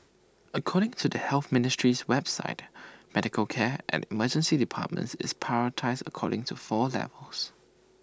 according to the health ministry's website medical care at emergency departments is prioritised according to four levels